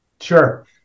Sure